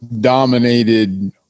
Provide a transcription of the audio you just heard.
dominated